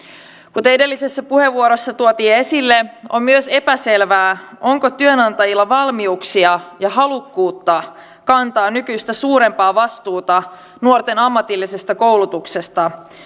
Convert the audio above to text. kuten edellisessä puheenvuorossa tuotiin esille on myös epäselvää onko työnantajilla valmiuksia ja halukkuutta kantaa nykyistä suurempaa vastuuta nuorten ammatillisesta koulutuksesta